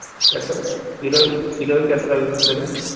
എത്ര കിലോ കിലോയിക്കെത്ര കി വരും